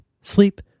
sleep